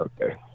Okay